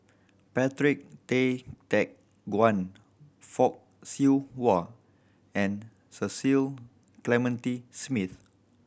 Patrick Tay Teck Guan Fock Siew Wah and Cecil Clementi Smith